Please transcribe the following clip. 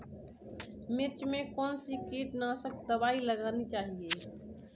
मिर्च में कौन सी कीटनाशक दबाई लगानी चाहिए?